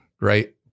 Right